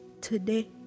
today